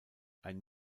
ein